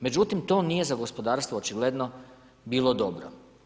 Međutim, to nije za gospodarstvo očigledno bilo dobro.